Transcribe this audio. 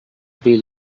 bill